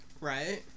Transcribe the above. Right